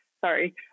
sorry